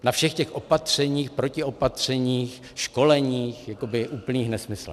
Na všech těch opatřeních, protiopatřeních, školeních, jakoby úplných nesmyslech.